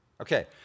Okay